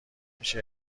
میشه